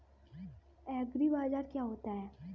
एग्रीबाजार क्या होता है?